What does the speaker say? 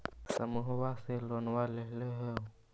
समुहवा से लोनवा लेलहो हे?